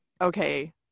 okay